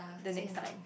the next time